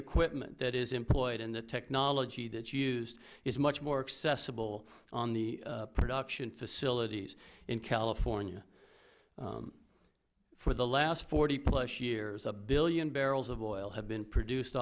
equipment that is employed and the technology that's used is much more accessible on the production facilities in california for the last plus years a billion barrels of oil has been produced